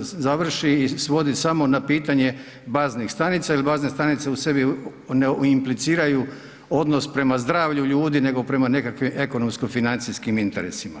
završi i svodi samo na pitanje baznih stanica jer bazne stanice u sebi ne impliciraju odnos prema zdravlju ljudi, nego prema nekakvim ekonomsko-financijskim interesima.